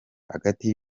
hagati